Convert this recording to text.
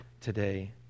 today